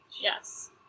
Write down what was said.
yes